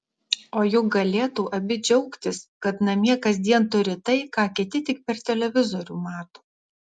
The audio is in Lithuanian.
o juk galėtų abi džiaugtis kad namie kasdien turi tai ką kiti tik per televizorių mato